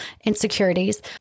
insecurities